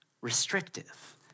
restrictive